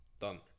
Done